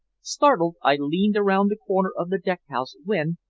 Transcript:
startled, i leaned around the corner of the deck-house, when,